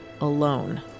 alone